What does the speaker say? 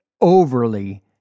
overly